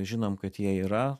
žinom kad jie yra